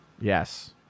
Yes